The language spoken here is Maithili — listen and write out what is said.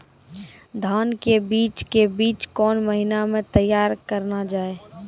धान के बीज के बीच कौन महीना मैं तैयार करना जाए?